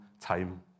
time